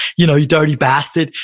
you know you dirty bastard,